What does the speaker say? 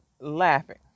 laughing